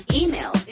email